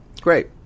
Great